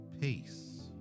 peace